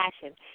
passion